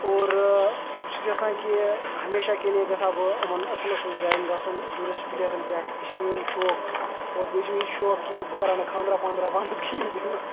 اور بہٕ چھُس یَژھان کہ ہمیشہ کے لیے گژھ ہا بہٕ یِمَن اَصٕل اَصٕل جایَن گژھُن ٹیٚوٗرِسٹ پٕلیسَن پٮ۪ٹھ یہِ چھِ میون شوق اور بیٚیہِ چھِ مےٚ یہِ شوق کہ بہٕ کَرٕ ہا نہٕ خاندرا پاندرا پانَس کِہیٖنۍ تہِ نہٕ